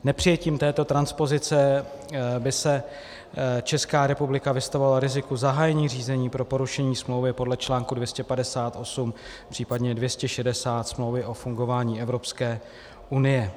Nepřijetím této transpozice by se Česká republika vystavovala riziku zahájení řízení pro porušení smlouvy podle článku 258, případně 260 Smlouvy o fungování Evropské unie.